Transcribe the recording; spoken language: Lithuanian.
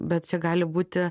bet čia gali būti